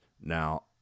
Now